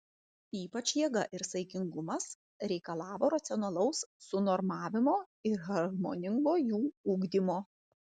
ypač jėga ir saikingumas reikalavo racionalaus sunormavimo ir harmoningo jų ugdymo